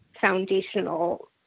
foundational